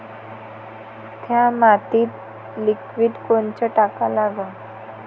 थ्या मातीत लिक्विड कोनचं टाका लागन?